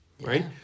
Right